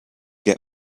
get